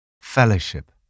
Fellowship